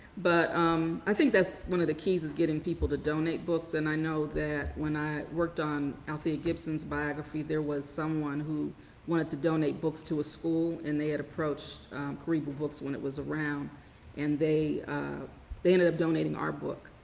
but um i think that's one of the keys is getting people to donate books. and i know that when i worked on althea gibson's biography, there was someone who wanted donate books to a school and they had approached books when it was around and they they ended up donating our book.